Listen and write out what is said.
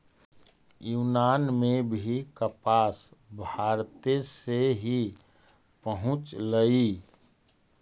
यूनान में भी कपास भारते से ही पहुँचलई